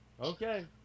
Okay